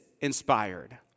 inspired